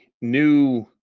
new